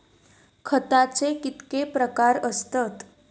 खताचे कितके प्रकार असतत?